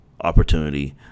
opportunity